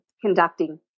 conducting